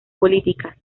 políticas